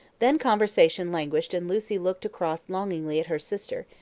then conversation languished and lucy looked across longingly at her sister,